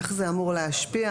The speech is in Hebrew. איך זה אמור להשפיע?